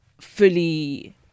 fully